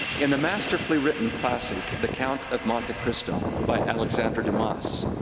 in the masterfully written classic, the count of monte cristo by alexandre dumas,